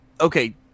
okay